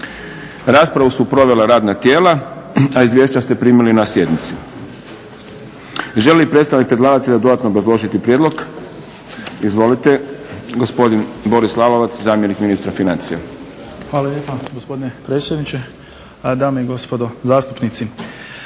Raspravu su provela radna tijela. Izvješća ste primili na sjednici. Želi li predstavnik predlagatelja dodatno obrazložiti prijedlog? Izvolite. Gospodin Boris Lalovac, zamjenik ministra financija. **Lalovac, Boris** Hvala lijepa, gospodine predsjedniče. Dame i gospodo zastupnici.